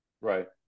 Right